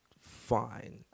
fine